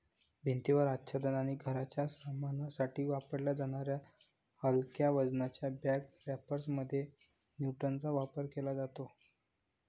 भिंतीवर आच्छादन आणि घराच्या सामानासाठी वापरल्या जाणाऱ्या हलक्या वजनाच्या बॅग रॅपरमध्ये ज्यूटचा वापर केला जातो